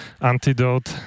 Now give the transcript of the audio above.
antidote